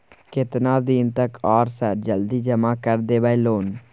केतना दिन तक आर सर जल्दी जमा कर देबै लोन?